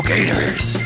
Gators